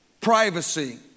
privacy